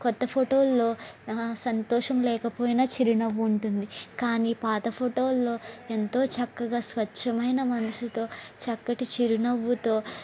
క్రొత్త ఫొటోల్లో ఆ సంతోషం లేకపోయినా చిరునవ్వు ఉంటుంది కానీ పాత ఫోటోల్లో ఎంతో చక్కగా స్వచ్ఛమైన మనసుతో చక్కటి చిరునవ్వుతో